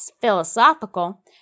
philosophical